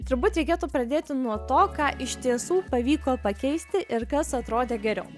turbūt reikėtų pradėti nuo to ką iš tiesų pavyko pakeisti ir kas atrodė geriau